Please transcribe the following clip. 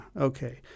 okay